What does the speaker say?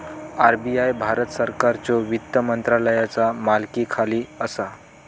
RBI Bharat सरकारच्यो वित्त मंत्रालयाचा मालकीखाली असा